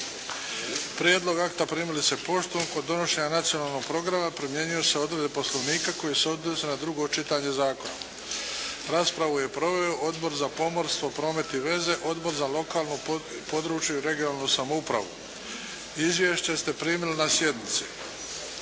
Prijedlog akta primili ste poštom. Kod donošenja nacionalnog programa primjenjuju se odredbe poslovnika koje se odnose na drugo čitanje zakona. Raspravu je proveo Odbor za pomorstvo, promet i veze, Odbor za lokalnu i područnu (regionalnu) samoupravu. Izvješća ste primili na sjednici.